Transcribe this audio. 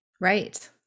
Right